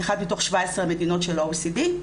אחת מתוך 17 המדינות של ה-OECD.